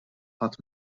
ħadd